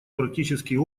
практический